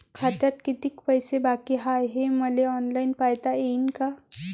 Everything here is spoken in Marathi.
खात्यात कितीक पैसे बाकी हाय हे मले ऑनलाईन पायता येईन का?